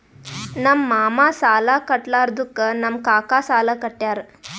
ನಮ್ ಮಾಮಾ ಸಾಲಾ ಕಟ್ಲಾರ್ದುಕ್ ನಮ್ ಕಾಕಾ ಸಾಲಾ ಕಟ್ಯಾರ್